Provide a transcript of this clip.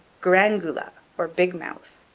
grangula, or big mouth.